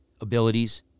abilities